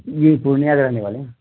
جی پورنیہ کے رہنے والے ہیں